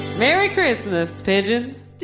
merry christmas, pigeons